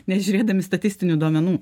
nežiūrėdami statistinių duomenų